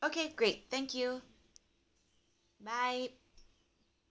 okay great thank you bye